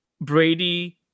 Brady